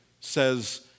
says